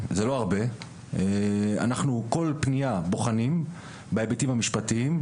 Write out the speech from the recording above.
אנחנו כל פנייה בוחנים בהיבטים המשפטיים,